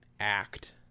act